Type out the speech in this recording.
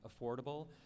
affordable